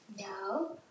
No